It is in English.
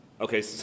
Okay